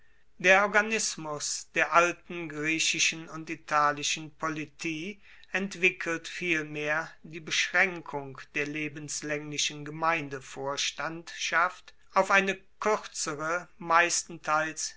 der organismus der alten griechischen und italischen politie entwickelt vielmehr die beschraenkung der lebenslaenglichen gemeindevorstandschaft auf eine kuerzere meistenteils